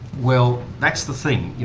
well, that's the thing.